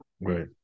right